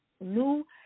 New